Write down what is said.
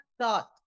thought